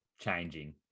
changing